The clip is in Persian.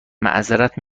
معذرت